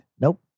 Nope